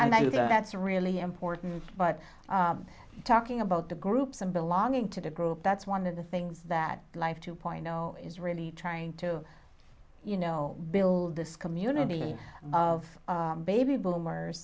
think that's really important but talking about the groups and belonging to the group that's one of the things that life two point know is really trying to you know build this community of baby boomers